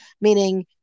meaning